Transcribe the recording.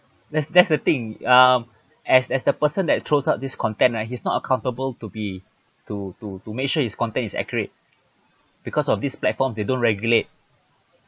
that's that's the thing um as as the person that throws out this content right he's not accountable to be to to to make sure his content is accurate because of this platform they don't regulate